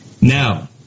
Now